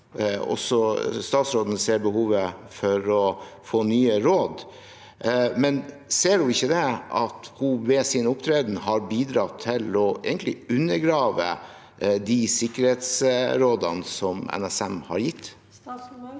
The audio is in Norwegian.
statsråden ser behov for å få nye råd, men ser hun ikke at hun ved sin opptreden egentlig har bidratt til å undergrave de sikkerhetsrådene som NSM har gitt? Statsråd